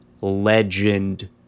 legend